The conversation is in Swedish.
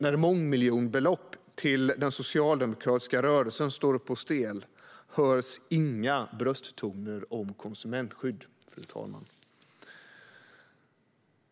När mångmiljonbelopp till den socialdemokratiska rörelsen står på spel hörs inga brösttoner om konsumentskydd.